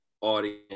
audience